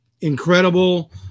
incredible